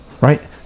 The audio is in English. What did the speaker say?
Right